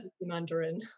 Mandarin